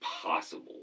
possible